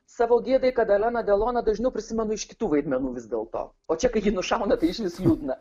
savo gėdai kad aleną deloną dažniau prisimenu iš kitų vaidmenų vis dėl to o čia kai ji nušauna tai išvis liūdna